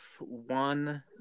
one